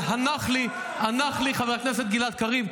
אבל הנח לי, הנח לי, חבר הכנסת גלעד קריב.